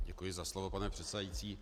Děkuji za slovo, pane předsedající.